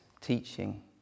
teaching